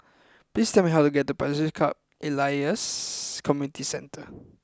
please tell me how to get to Pasir Ris Elias Community Centre